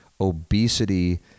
obesity